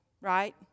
right